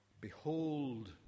Behold